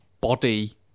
body